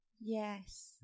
Yes